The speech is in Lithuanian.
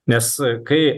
nes kai